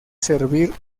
servir